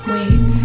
Wait